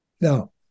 Now